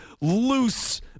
loose